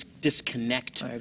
disconnect